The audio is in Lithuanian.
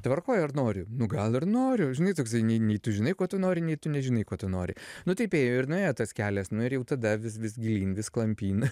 tvarkoj ar noriu nu gal ir noriu žinai toksai nei nei tu žinai ko tu nori nei tu nežinai ko tu nori nu taip ėjo ir nuėjo tas kelias nu ir jau tada vis vis gilyn vis klampyn